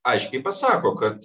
aiškiai pasako kad